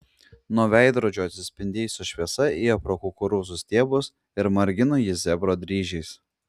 nuo veidrodžių atsispindėjusi šviesa ėjo pro kukurūzų stiebus ir margino jį zebro dryžiais